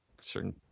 certain